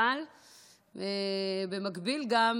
אבל במקביל זה גם